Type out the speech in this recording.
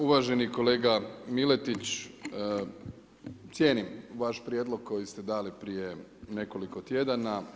Uvaženi kolega Miletić, cijenim vaš prijedlog koji ste dali prije nekoliko tjedana.